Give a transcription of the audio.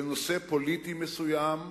לנושא פוליטי מסוים,